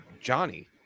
Johnny